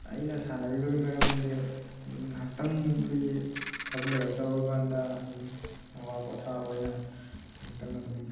ꯑꯩꯅ ꯁꯥꯟꯅꯔꯤꯕꯒꯤ ꯃꯔꯝꯗꯤ ꯑꯗꯨꯝ ꯉꯥꯛꯇꯪ ꯑꯩꯈꯣꯏꯒꯤ ꯊꯕꯛ ꯂꯩꯔꯛꯇꯕ ꯀꯥꯟꯗ ꯑꯗꯨꯝ ꯑꯋꯥ ꯄꯣꯊꯥꯕ ꯑꯣꯏꯅ ꯉꯥꯛꯇꯪ ꯑꯗꯨꯝ